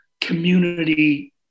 community